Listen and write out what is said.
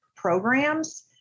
programs